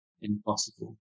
impossible